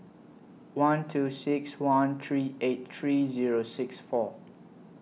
one two six one three eight three Zero six four